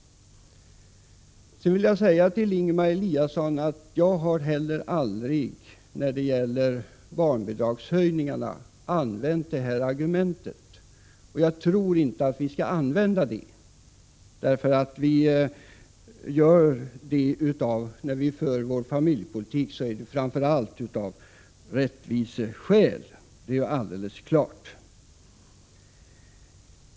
Jag vill säga till Ingemar Eliasson att jag heller aldrig när det gäller barnbidragshöjningarna har använt det här argumentet. Jag tror inte att vi skall använda det. Vår familjepolitik driver vi framför allt av rättviseskäl, det är alldeles klart.